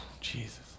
Jesus